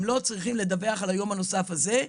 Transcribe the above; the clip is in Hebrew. הם לא צריכים לדווח על היום הנוסף הזה,